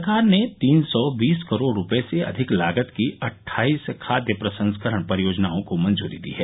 सरकार ने तीन सौ बीस करोड़ रुपये से अधिक लागत की अट्ठाइस खाद्य प्रसंस्करण परियोजनाओं को मंजूरी दी है